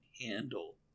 handle